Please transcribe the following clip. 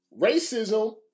racism